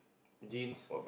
jeans